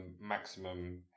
maximum